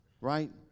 right